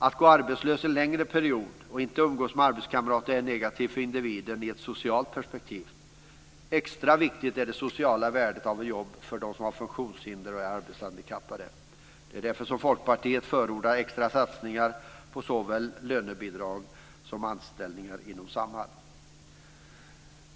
Att gå arbetslös en längre period och inte umgås med arbetskamrater är negativt för individen i ett socialt perspektiv. Extra viktigt är det sociala värdet av ett jobb för dem som har funktionshinder och är arbetshandikappade. Det är därför som Folkpartiet förordar extra satsningar på såväl lönebidrag som anställningar inom Samhall.